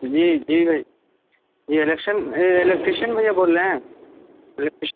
جی جی بھائی جی الیکشن الیکٹریشن بھیا بول رہے ہیں